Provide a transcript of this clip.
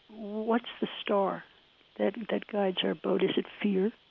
what's the star that that guides our boat? is it fear